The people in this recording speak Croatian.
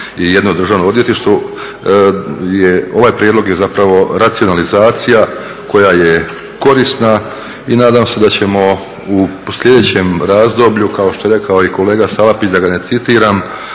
je jedno državno odvjetništvo, ovaj prijedlog je zapravo racionalizacija koja je korisna. I nadam se da ćemo u slijedećem razdoblju kao što je rekao i kolega Salapić da ga ne citiram,